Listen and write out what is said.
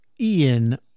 Ian